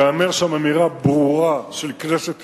תיאמר שם אמירה ברורה של כנסת ישראל.